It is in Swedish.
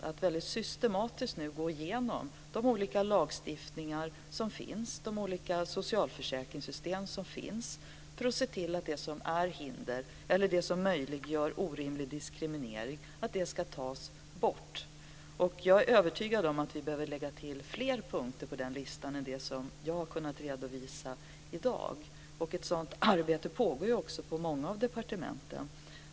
Regeringen försöker nu systematiskt att gå igenom de olika lagstiftningar och de olika socialförsäkringssystem som finns för att se till att det som är ett hinder eller som möjliggör orimlig diskriminering ska tas bort. Jag är övertygad om att vi behöver lägga till fler punkter på den listan än de som jag har kunnat redovisa i dag. Ett sådant arbete pågår också på många departement.